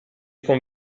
con